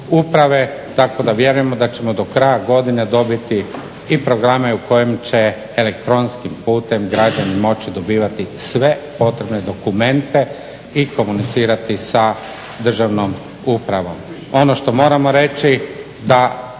Tako da vjerujemo da ćemo do kraja godine dobiti i programe u kojima će elektronskim putem građani moći dobivati sve potrebne dokumente i komunicirati sa državnom upravom.